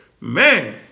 Man